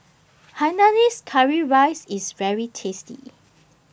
Hainanese Curry Rice IS very tasty